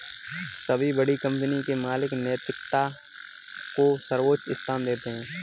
सभी बड़ी कंपनी के मालिक नैतिकता को सर्वोच्च स्थान देते हैं